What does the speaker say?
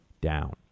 down